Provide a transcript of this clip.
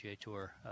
Tour